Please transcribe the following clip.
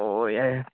ꯑꯧ ꯌꯥꯏ ꯌꯥꯏ